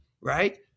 Right